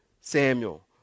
Samuel